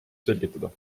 selgitada